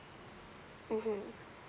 mmhmm